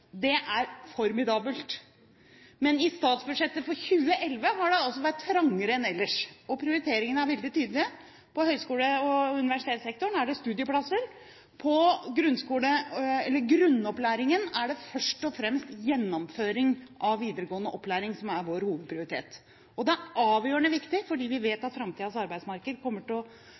Det er formidabelt. Men i statsbudsjettet for 2011 har det altså vært trangere enn ellers, og prioriteringene er veldig tydelige. På høgskole- og universitetssektoren er det studieplasser, og på grunnopplæringen er det først og fremst gjennomføring av videregående opplæring som er vår hovedprioritet. Det er avgjørende viktig fordi vi vet at framtidens arbeidsmarked kommer